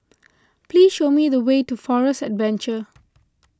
please show me the way to Forest Adventure